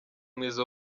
mwiza